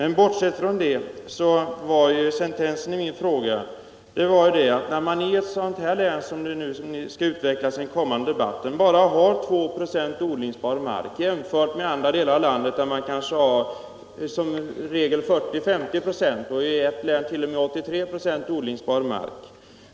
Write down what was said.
I det aktuella länet har man bara 2 96 odlingsbar mark, medan man i andra län i regel har 40 å 50 96 och i ett län t.o.m. 83 26 odlingsbar mark.